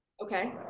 Okay